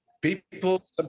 people